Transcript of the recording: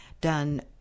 done